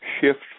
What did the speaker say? shift